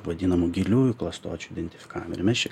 vadinamu giliųjų klastočių identifikavimu ir mes čia